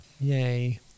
Yay